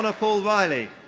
ah paul reilly.